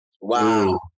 Wow